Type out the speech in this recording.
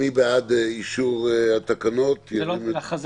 מי בעד אישור ההכרזה,